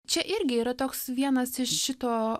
čia irgi yra toks vienas iš šito